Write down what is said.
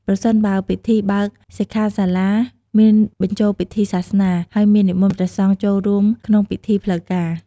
ប្រសិនបើពិធីបើកសិក្ខាសាលាមានបញ្ចូលពិធីសាសនា ហើយមាននិមន្តព្រះសង្ឃចូលរួមក្នុងពិធីផ្លូវការ។